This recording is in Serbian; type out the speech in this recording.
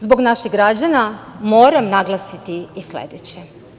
Zbog naših građana moram naglasiti i sledeće.